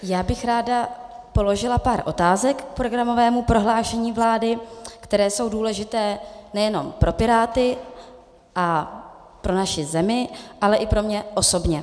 Já bych ráda položila pár otázek k programovému prohlášení vlády, které jsou důležité nejenom pro Piráty a pro naši zemi, ale i pro mě osobně.